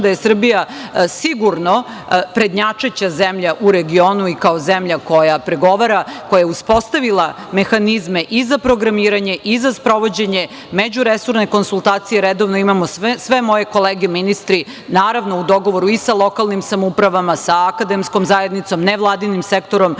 da je Srbija sigurno prednjačeća zemlja u regionu i kao zemlja koja pregovara, koja je uspostavila mehanizme i za programiranje i za sprovođenje međuresorne konsultacije redovno imamo, sve moje kolege ministri, naravno, u dogovoru i sa lokalnim samoupravama, sa akademskom zajednicom, nevladinim sektorom,